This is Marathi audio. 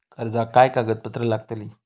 कर्जाक काय कागदपत्र लागतली?